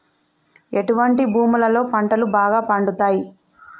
ఎటువంటి భూములలో పంటలు బాగా పండుతయ్?